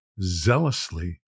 zealously